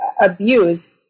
abuse